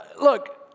Look